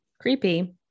creepy